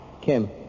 Kim